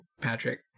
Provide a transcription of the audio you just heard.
Patrick